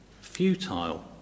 futile